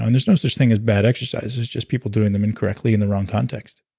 and there's no such thing as bad exercise, there's just people doing them incorrectly in the wrong context